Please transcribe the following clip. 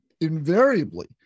invariably